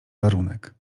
warunek